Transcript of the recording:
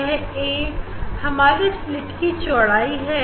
यह a हमारी slit की चौड़ाई है